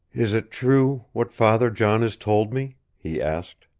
is it true what father john has told me? he asked.